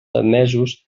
admesos